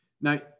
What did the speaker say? Now